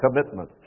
commitment